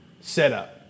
setup